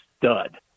stud